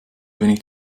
wenig